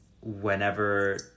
whenever